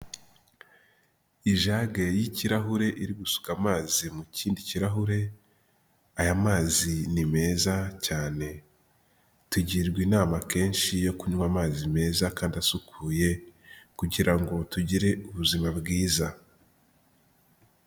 Ijage y'ikirahure, iri gusuka amazi mu kindi kirahure, aya mazi ni meza cyane. Tugirwa inama kenshi yo kunywa amazi meza kandi asukuye, kugira ngo tugire ubuzima bwiza.